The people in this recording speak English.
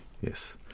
yes